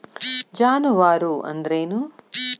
ಜಾನುವಾರು ಅಂದ್ರೇನು?